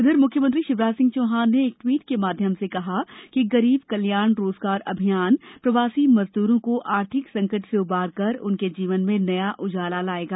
उधर मुख्यमंत्री शिवराज सिंह चौहान ने एक ट्वीट के माध्यम से कहा कि गरीब कल्याण रोजगार अभियान प्रवासी मजदूरों को आर्थिक संकट से उबारकर उनके जीवन में नया उजाला लाएगा